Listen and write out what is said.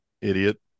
Idiot